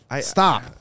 stop